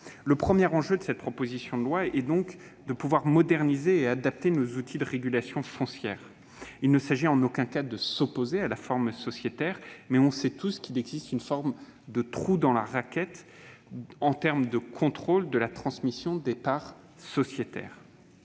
Le premier enjeu de cette proposition de loi est donc de moderniser et d'adapter nos outils de régulation foncière. Il ne s'agit en aucun cas de s'opposer à la forme sociétaire, mais nous savons tous qu'il y a un trou dans la raquette concernant le contrôle de la transmission des parts sociétaires.